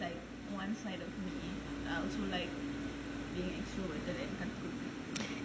I also like it's irritating